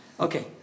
Okay